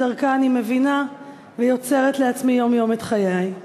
שדרכה אני מבינה ויוצרת לעצמי יום-יום את חיי.